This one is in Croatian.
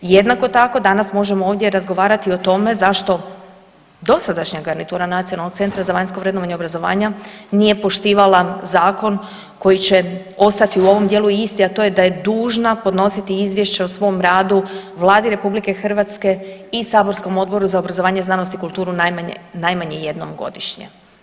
Jednako tako danas možemo ovdje i razgovarati o tome zašto dosadašnja garnitura Nacionalnog centra za vanjsko vrednovanje obrazovanja nije poštivala zakon koji će ostati u ovom dijelu isti, a to je da je dužna podnositi izvješća o svom radu Vladi RH i saborskom Odboru za obrazovanje, znanosti i kulturu najmanje, najmanje jednom godišnje.